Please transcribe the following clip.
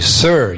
sir